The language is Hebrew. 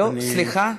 לא, סליחה,